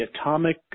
atomic